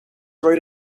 rode